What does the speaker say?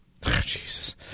Jesus